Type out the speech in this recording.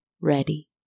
ready